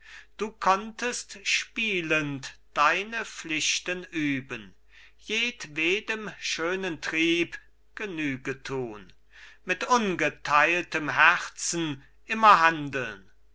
du konntest spielend deine pflichten üben jedwedem schönen trieb genüge tun mit ungeteiltem herzen immer handeln